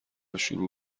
شروع